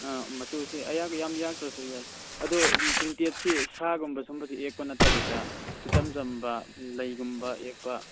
ꯑꯥ ꯃꯆꯨꯁꯦ ꯌꯥꯝ ꯌꯥꯛꯇ꯭ꯔꯁꯨ ꯌꯥꯏ ꯑꯗꯨ ꯄ꯭ꯔꯤꯟꯇꯦꯗꯁꯤ ꯁꯥꯒꯨꯝꯕ ꯁꯤꯒꯨꯝꯕꯁꯤ ꯌꯦꯛꯄ ꯅꯠꯇꯕꯤꯗ ꯏꯆꯝ ꯆꯝꯕ ꯂꯩꯒꯨꯝꯕ ꯌꯦꯛꯄ